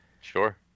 sure